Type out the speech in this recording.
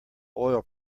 oil